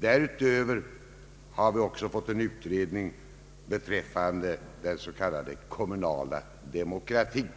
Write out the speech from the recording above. Därutöver finns utredningen beträffande den kommunala demokratin.